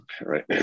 right